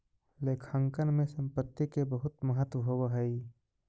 लेखांकन में संपत्ति के बहुत महत्व होवऽ हइ